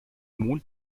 mond